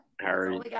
Harry